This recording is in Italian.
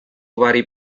vari